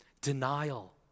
Denial